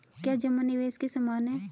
क्या जमा निवेश के समान है?